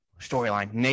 storyline